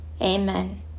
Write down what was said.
Amen